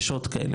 יש עוד כאלה,